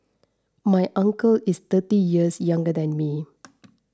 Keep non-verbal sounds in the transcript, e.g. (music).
my uncle is thirty years younger than me (noise)